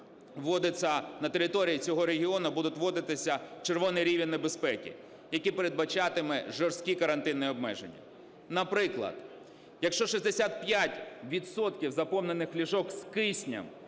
на території цього регіону буде вводитися червоний рівень небезпеки, який передбачатиме жорсткі карантинні обмеження. Наприклад: якщо 65 відсотків заповнених ліжок з киснем